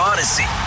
Odyssey